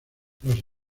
los